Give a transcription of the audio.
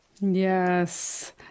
Yes